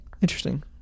interesting